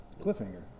Cliffhanger